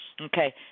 Okay